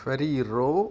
Ferrero